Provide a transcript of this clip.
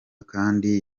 kandi